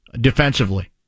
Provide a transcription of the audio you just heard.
defensively